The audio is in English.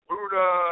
Buddha